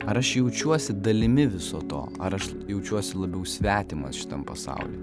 ar aš jaučiuosi dalimi viso to ar aš jaučiuosi labiau svetimas šitam pasauly